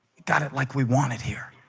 got it like we wanted here